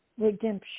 redemption